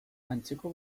antzeko